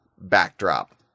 backdrop